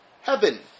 heaven